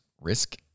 risk